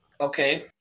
Okay